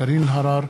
קארין אלהרר,